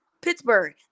Pittsburgh